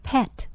Pet